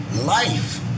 life